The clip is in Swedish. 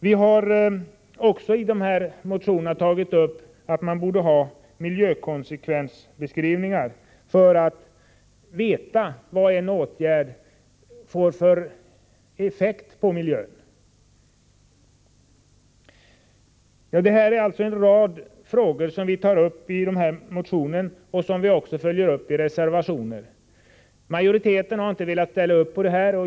Vi har också i motionerna tagit upp att vi borde ha miljökonsekvensbeskrivningar, för att veta vad en åtgärd får för effekt på miljön. Detta är en rad frågor som vi tagit upp i motioner och som vi följer upp i reservationer. Majoriteten har inte velat ställa upp på detta.